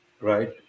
right